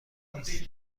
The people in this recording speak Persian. نیست